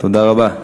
תודה רבה.